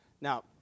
now